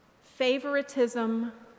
favoritism